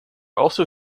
also